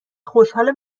خوشحال